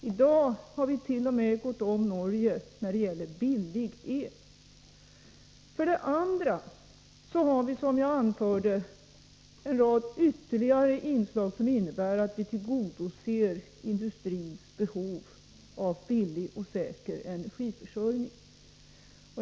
I dag har vit.o.m. gått om Norge när det gäller billig el. För det andra har förslaget, som jag anförde nyss, en rad ytterligare inslag som innebär att vi tillgodoser industrins behov av billig och säker energiförsörjning.